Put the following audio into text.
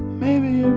maybe.